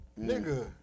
Nigga